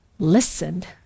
listened